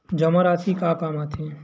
जमा राशि का काम आथे?